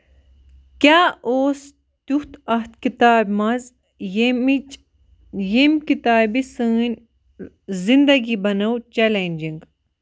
کیاہ اوس تیُتھ اَتھ کِتابہِ منٛز ییٚمِچ ییٚمہِ کِتابہِ سٲنۍ زِندگی بَنٲوو چیلینجِنگ